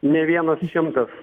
ne vienas šimtas